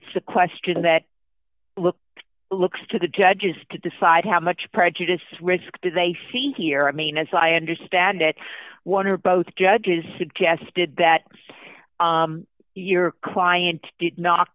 it's a question that look looks to the judges to decide how much prejudice risk they think here i mean as i understand it one or both judges suggested that your client did not